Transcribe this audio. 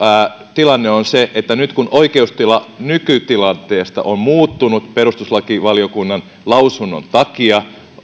tilanne on se että nyt kun oikeustila nykytilanteesta on muuttunut perustuslakivaliokunnan lausunnon takia